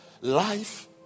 life